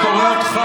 של נעליך.